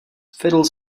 fiddle